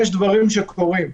יש דברים שקורים,